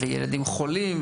וילדים חולים.